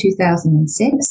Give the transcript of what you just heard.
2006